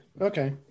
Okay